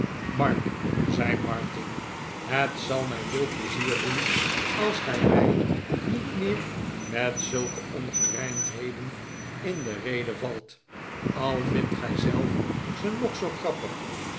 mark zei martin het zal mij veel pleizier doen als gij mij niet meer met zulke ongerijmdheden in de rede valt al vindt gij zelfze nog zoo grappig